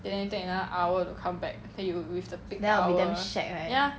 then you take another hour to come back then you with the peak hour ya